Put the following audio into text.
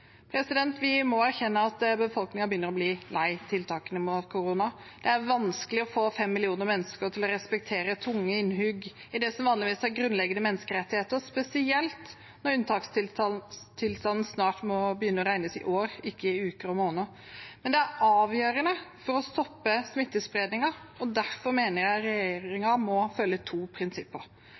Vi må erkjenne at befolkingen begynner å bli lei tiltakene mot korona. Det er vanskelig å få fem millioner mennesker til å respektere tunge innhugg i det som vanligvis er grunnleggende menneskerettigheter, spesielt når unntakstilstanden snart må begynne å regnes i år, ikke i uker og måneder. Men det er avgjørende for å stoppe smittespredningen, og derfor mener jeg regjeringen må følge to prinsipper: